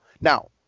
Now